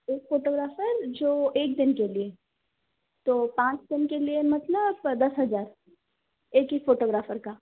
एक फोटोग्राफर जो एक दिन के लिए तो पाँच दिन के लिए मतलब दस हजार एक ही फोटोग्राफर का